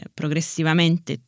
progressivamente